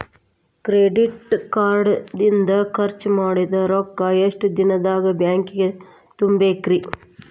Credit card ಇಂದ್ ಖರ್ಚ್ ಮಾಡಿದ್ ರೊಕ್ಕಾ ಎಷ್ಟ ದಿನದಾಗ್ ಬ್ಯಾಂಕಿಗೆ ತುಂಬೇಕ್ರಿ?